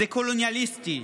זה קולוניאליסטי.